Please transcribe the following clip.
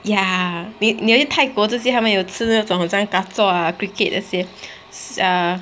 ya 你你去泰国这些他们有吃那种很像 ka zhua cricket 这些 ya